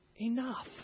enough